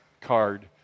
card